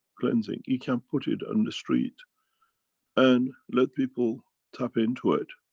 cleansing. you can put it on the street and let people tap into it.